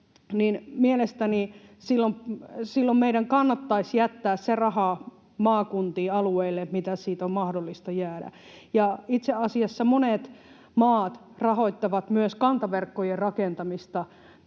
silloin meidän kannattaisi jättää se raha maakuntiin, alueille, mitä siitä on mahdollista jäädä. Itse asiassa monet maat rahoittavat myös kantaverkkojen rakentamista,